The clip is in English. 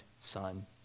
Son